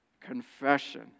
confession